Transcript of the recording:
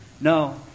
No